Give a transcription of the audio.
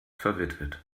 verwitwet